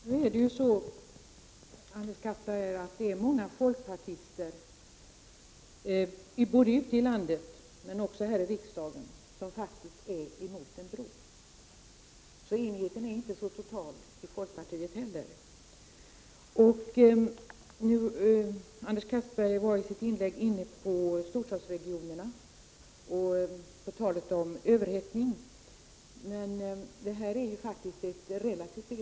Herr talman! Många folkpartister både ute i landet och här i riksdagen är emot en bro, Anders Castberger. Enigheten är inte heller i folkpartiet så total. I sitt inlägg var Anders Castberger inne på frågan om storstadsregionerna och överhettningen. Detta är faktiskt ett relativt begrepp.